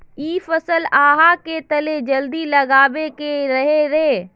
इ फसल आहाँ के तने जल्दी लागबे के रहे रे?